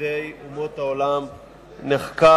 חסידי אומות העולם נחקר,